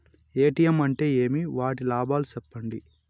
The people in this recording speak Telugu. ఎ.టి.ఎం అంటే ఏమి? వాటి లాభాలు సెప్పండి